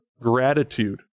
gratitude